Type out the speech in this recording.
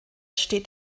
steht